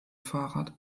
fahrrad